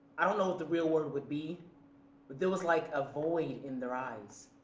i don't know what the real word would be, but there was like a void in their eyes.